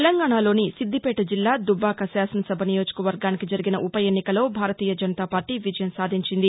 తెలంగాణలోని సిద్దిపేట జిల్లా దుబ్బాక శాసనసభా నియోజకవర్గానికి జరిగిన ఉపఎన్నికలో భారతీయ జనతా పార్టీ విజయం సాధించింది